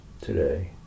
today